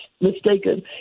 mistaken